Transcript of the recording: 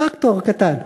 טרקטור קטן.